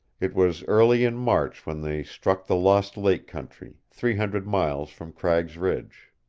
it was early in march when they struck the lost lake country, three hundred miles from cragg's ridge.